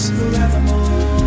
forevermore